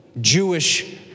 Jewish